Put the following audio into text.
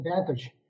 advantage